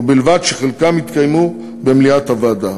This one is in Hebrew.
ובלבד שחלקן יתקיימו במליאת הוועדה.